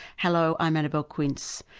hello, i'm annabelle quince.